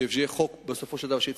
שיצא חוק טוב,